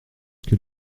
que